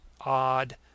odd